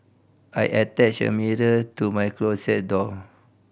I attached a mirror to my closet door